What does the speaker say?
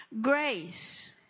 grace